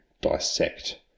dissect